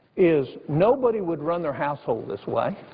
is nobody would run their household this way.